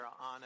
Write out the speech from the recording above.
on